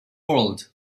world